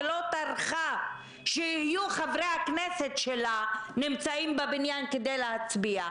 ולא טרחה שחברי הכנסת שלה יימצאו בבניין כדי להצביע.